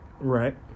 Right